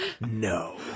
no